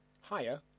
Higher